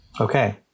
okay